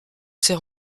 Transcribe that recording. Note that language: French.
s’est